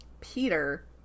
Peter